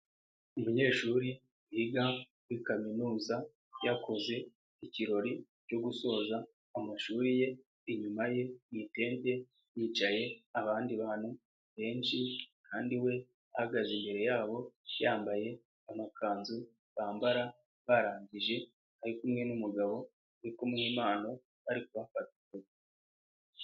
Umunyeshuri wiga muri Kaminuza yakoze ikirori cyo gusoza amashuri ye, inyuma ye mu itente hicaye abandi bantu benshi kandi we ahagaze imbere yabo yambaye amakanzu bambara barangije, ari kumwe n'umugabo uri kumuha impano ari kubafata ifoto.